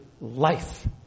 life